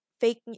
fake